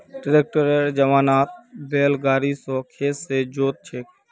ट्रैक्टरेर जमानात बैल गाड़ी स खेत के जोत छेक